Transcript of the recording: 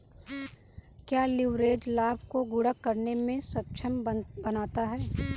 क्या लिवरेज लाभ को गुणक करने में सक्षम बनाता है?